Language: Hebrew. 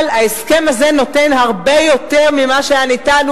אבל ההסכם הזה נותן הרבה יותר ממה שהיה ניתן,